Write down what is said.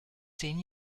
zehn